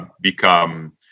become